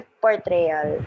portrayal